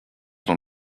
dans